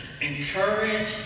encourage